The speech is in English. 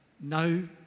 No